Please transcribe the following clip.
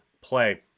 play